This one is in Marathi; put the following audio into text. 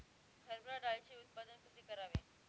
हरभरा डाळीचे उत्पादन कसे करावे?